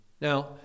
Now